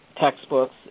textbooks